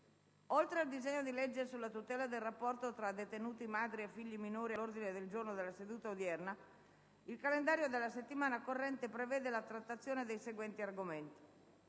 Oltre al disegno di legge sulla tutela del rapporto tra detenute madri e figli minori - all'ordine del giorno della seduta odierna - il calendario della settimana corrente prevede la trattazione dei seguenti argomenti: